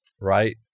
right